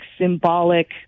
symbolic